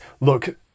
look